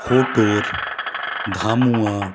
ফোটোর Dhamua